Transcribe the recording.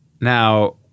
Now